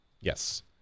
Yes